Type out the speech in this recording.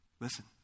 Listen